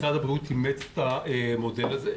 משרד הבריאות אימץ את המודל הזה.